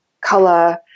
color